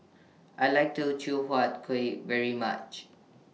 I like Teochew Huat Kuih very much